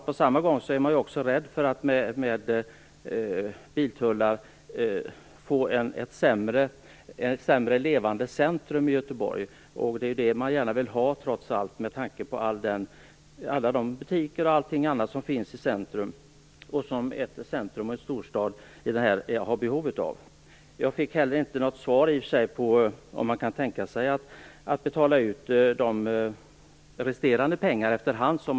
På samma gång är man också rädd för att man med biltullar skulle få ett centrum i Göteborg som är mindre levande. Det vill man trots allt ha med tanke på alla butiker m.m. som finns där. Jag fick inte heller något svar på om resterande pengar kan tänkas betalas ut under hand som arbetet pågår.